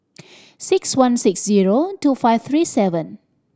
six one six zero two five three seven